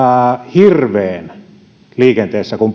hirveen kuin